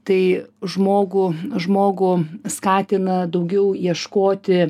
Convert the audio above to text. tai žmogų žmogų skatina daugiau ieškoti